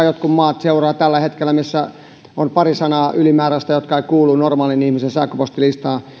jotkut maat jotka seuraavat tällä hetkellä vaikka semmoisia sähköposteja joissa on pari sanaa ylimääräistä jotka eivät kuulu normaalin ihmisen sähköpostilistaan